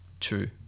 True